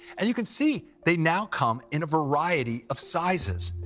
and you can see they now come in a variety of sizes.